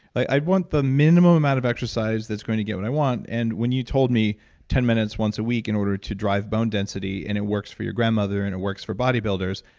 i want the minimum amount of exercise that's going to get me what i want. and when you told me ten minutes once a week in order to drive bone density, and it works for your grandmother, and it works for bodybuilders,